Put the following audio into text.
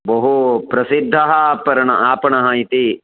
बहु प्रसिद्धः आपणः आपणः इति